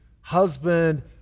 husband